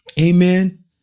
amen